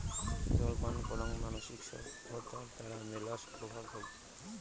জল পান করাং মানসির সভ্যতার দ্বারা মেলা প্রভাব হই